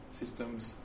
systems